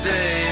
Day